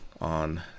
on